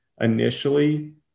initially